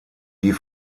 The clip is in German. die